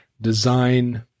design